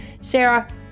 Sarah